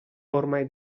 ormai